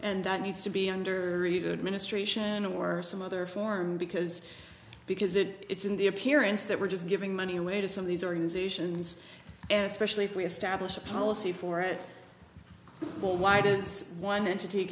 and that needs to be under reagan administration or some other form because because it is in the appearance that we're just giving money away to some of these organizations and especially if we establish a policy for it well why does one entity